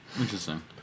Interesting